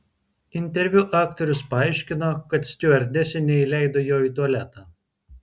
interviu aktorius paaiškino kad stiuardesė neįleido jo į tualetą